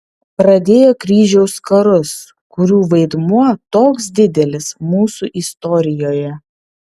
pradėjo kryžiaus karus kurių vaidmuo toks didelis mūsų istorijoje